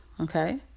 Okay